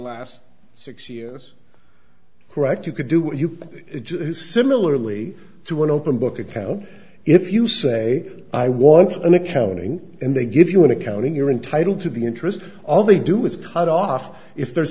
last six years correct you could do it similarly to an open book account if you say i want an accounting and they give you an accounting you're entitled to the interest all they do is cut off if there's